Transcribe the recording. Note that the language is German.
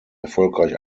erfolgreich